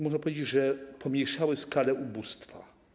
Można powiedzieć, że pomniejszały skalę ubóstwa.